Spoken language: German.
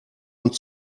und